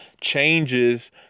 changes